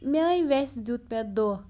میانہِ ویٚسہِ دیُت مےٚ دۄنکھٕ